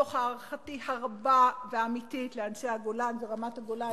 מתוך הערכתי הרבה והאמיתית לאנשי הגולן ורמת-הגולן,